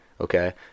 okay